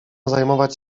zajmować